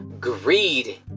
greed